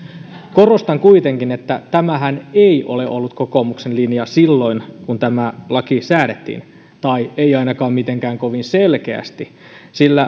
korostan kuitenkin että tämähän ei ole ollut kokoomuksen linja silloin kun tämä laki säädettiin tai ei ainakaan mitenkään kovin selkeästi